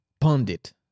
pundit